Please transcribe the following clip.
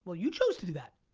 well you chose to do that.